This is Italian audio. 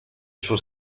suo